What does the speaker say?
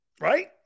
Right